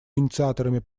инициаторами